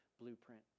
Blueprint